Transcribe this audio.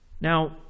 Now